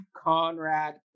Conrad